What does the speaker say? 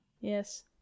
Yes